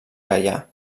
gaià